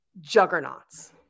juggernauts